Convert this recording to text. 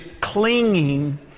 clinging